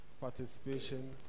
participation